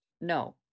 No